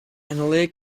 analytic